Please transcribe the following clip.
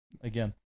again